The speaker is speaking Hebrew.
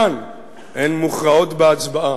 כאן הן מוכרעות בהצבעה.